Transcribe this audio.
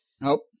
Nope